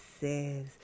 says